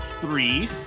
three